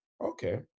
Okay